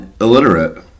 Illiterate